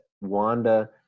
Wanda